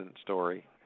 story